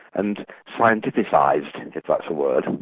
and scientificised, if that's a word.